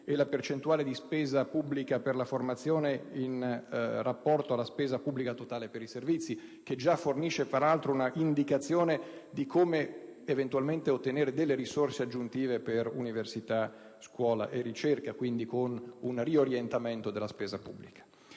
e la percentuale di spesa pubblica per la formazione in rapporto alla spesa pubblica totale per i servizi, dato che già fornisce, peraltro, una indicazione su come eventualmente ottenere delle risorse aggiuntive per università, scuola e ricerca attraverso un riorientamento della spesa pubblica.